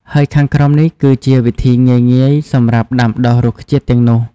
ហើយខាងក្រោមនេះគឺជាវិធីងាយៗសម្រាប់ដាំដុះរុក្ខជាតិទាំងនោះ។